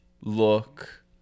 look